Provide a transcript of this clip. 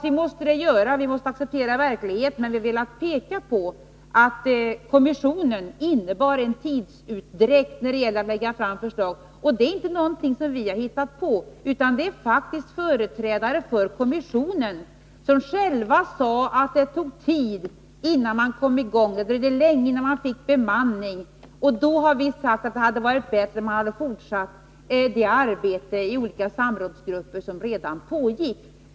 Vi måste acceptera verkligheten, men vi har velat peka på att kommissionen innebar en tidsutdräkt när det gällde att lägga fram förslag. Det är inte någonting som vi har hittat på, utan det är faktiskt företrädare för kommissionen som själva sade att det tog tid innan man kom i gång, att det dröjde länge innan man fick bemanning. Därför har vi sagt att det hade varit bättre att fortsätta det arbete i olika samrådsgrupper som redan pågick.